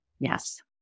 Yes